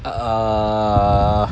uh